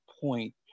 point